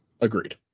Agreed